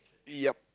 yup